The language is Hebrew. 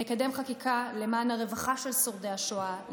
נקדם חקיקה למען הרווחה של שורדי השואה,